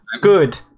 good